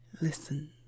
Listen